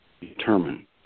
determine